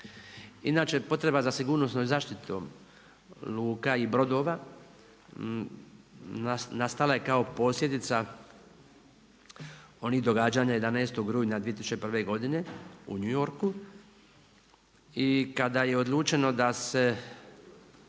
Inače, potreba za sigurnosnoj zaštitom luka i brodova nastala je kao posljedica onih događanja 11. rujna 2001. godine u New Yorku i kada je odlučeno da se